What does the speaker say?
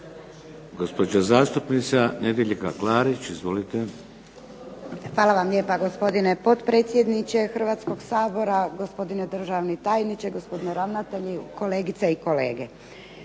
Gospođa zastupnica Nedjeljka Klarić. Izvolite. **Klarić, Nedjeljka (HDZ)** Hvala vam lijepa gospodine potpredsjedniče Hrvatskog sabora, gospodine državni tajniče, gospodine ravnatelju, kolegice i kolege.